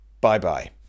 Bye-bye